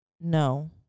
no